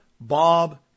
Bob